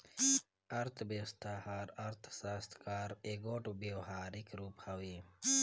अर्थबेवस्था हर अर्थसास्त्र कर एगोट बेवहारिक रूप हवे